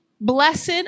blessed